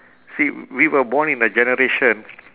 see we were born in a generation